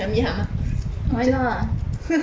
ah